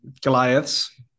Goliaths